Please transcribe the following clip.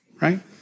right